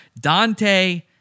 Dante